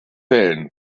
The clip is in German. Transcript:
wellen